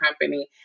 company